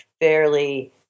fairly